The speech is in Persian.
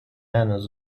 هنوز